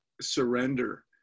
surrender